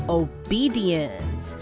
obedience 。